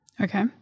Okay